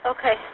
Okay